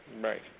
Right